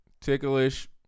ticklish